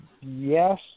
yes